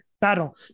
battle